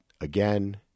again